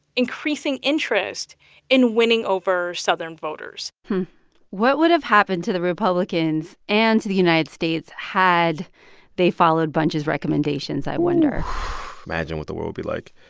increasing interest in winning over southern voters what would have happened to the republicans and to the united states had they followed bunche's recommendations? i wonder imagine what the world would be like.